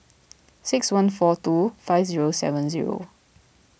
six one four two five zero seven zero